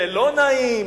זה לא נעים,